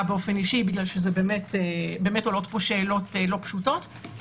באופן אישי כי עולות פה שאלות לא פשוטות,